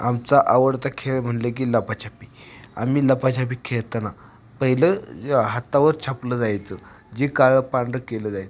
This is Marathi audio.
आमचा आवडता खेळ म्हणलं की लपाछपी आम्ही लपाछपी खेळताना पहिलं हातावर छापलं जायचं जे काळं पांढरं केलं जायचं